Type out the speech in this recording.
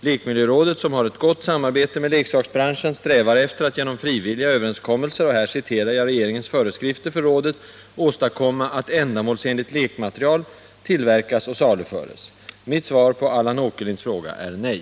Lekmiljörådet, som har ett gott samarbete med leksaksbranschen, strävar efter att genom frivilliga överenskommelser — och här citerar jag regeringens föreskrifter för rådet — åstadkomma ”att ändamålsenligt lekmaterial tillverkas och saluföres”. Mitt svar på Allan Åkerlinds fråga är nej.